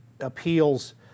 appeals